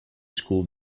school